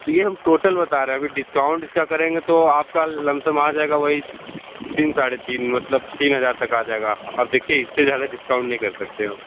तो ये हम टोटल बता रहे हैं अभी डिस्काउंट इसका करेंगे तो आपका लमसम आ जाएगा वही तीन साढ़े तीन मतलब तीन हज़ार तक आ जाएगा अब देखिए इससे ज़्यादा डिस्काउंट नहीं कर सकते